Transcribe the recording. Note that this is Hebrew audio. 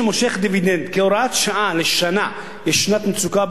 דיבידנד, כהוראת שעה לשנה, יש שנת מצוקה ב-2013?